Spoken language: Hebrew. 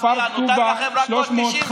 כפר טובא, 320,